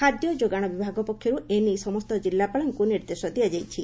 ଖାଦ୍ୟ ଯୋଗାଣ ବିଭାଗ ପକ୍ଷରୁ ଏ ନେଇ ସମସ୍ତ ଜିଲ୍ଲାପାଳଙ୍କୁ ନିର୍ଦ୍ଦେଶ ଦିଆଯାଇଛି